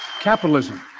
capitalism